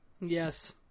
Yes